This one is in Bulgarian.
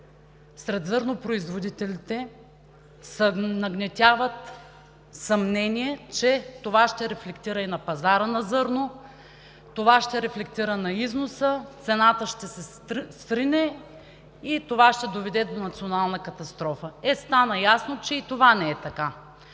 сред зърнопроизводителите се нагнетяват съмнения, че това ще рефлектира и на пазара на зърно, ще рефлектира на износа, цената ще се срине и това ще доведе до национална катастрофа. Е, стана ясно, че и това не е така.